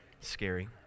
Scary